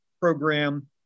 program